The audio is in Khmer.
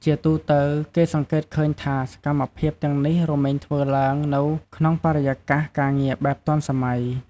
ជាទូទៅគេសង្កេតឃើញថាសកម្មភាពទាំងនេះរមែងធ្វើឡើងនៅក្នុងបរិយាកាសការងារបែបទាន់សម័យ។